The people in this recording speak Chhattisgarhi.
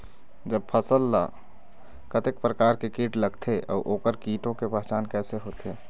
जब फसल ला कतेक प्रकार के कीट लगथे अऊ ओकर कीटों के पहचान कैसे होथे?